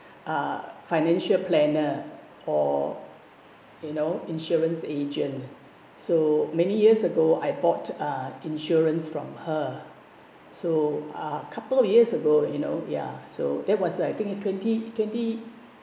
uh financial planner or you know insurance agent so many years ago I bought uh insurance from her so uh couple of years ago you know ya so that was I think twenty twenty